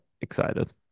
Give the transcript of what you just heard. excited